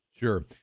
Sure